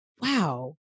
wow